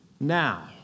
now